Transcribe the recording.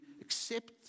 accept